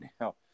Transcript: Now